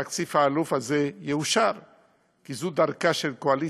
התקציב העלוב הזה יאושר כי זו דרכה של קואליציה,